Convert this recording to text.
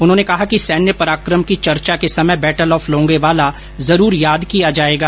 उन्होंने कहा कि सैन्य पराकम की चर्चा के समय बैटल ऑफ लोंगेवाला जरूर याद किया जाएगा